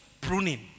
pruning